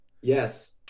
Yes